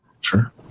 Sure